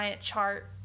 chart